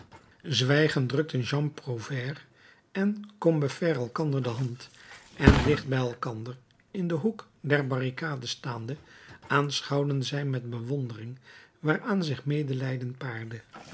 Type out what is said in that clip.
drukten jean prouvaire en combeferre elkander de hand en dicht bij elkander in den hoek der barricade staande aanschouwden zij met bewondering waaraan zich medelijden paarde